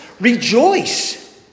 Rejoice